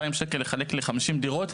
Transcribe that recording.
לחלק 2000 שקל ל-50 דירות.